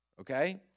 okay